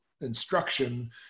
instruction